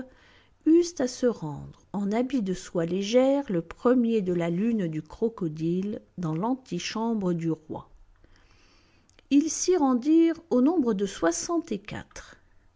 à se rendre en habits de soie légère le premier de la lune du crocodile dans l'antichambre du roi ils s'y rendirent au nombre de